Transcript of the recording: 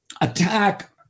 attack